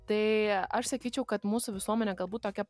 tai aš sakyčiau kad mūsų visuomenė galbūt tokia